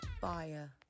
fire